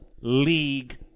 league